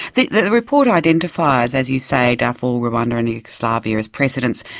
the report identifies, as you say, darfur, rwanda, and yugoslavia as precedents,